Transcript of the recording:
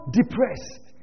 depressed